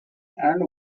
and